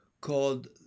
called